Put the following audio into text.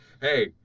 hey